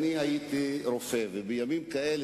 אתה תצרף את כל חברי הכנסת גם לדבר הנוסף,